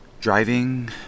Driving